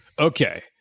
Okay